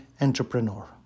entrepreneur